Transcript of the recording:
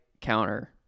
counter